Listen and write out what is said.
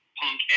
punk